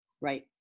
Right